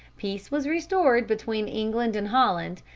peace was restored between england and holland,